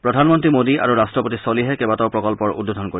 প্ৰধানমন্ত্ৰী মোদী আৰু ৰাট্টপতি ছলিহে কেইবাটাও প্ৰকল্পৰ উদ্বোধন কৰিব